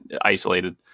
isolated